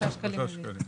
שלושה שקלים.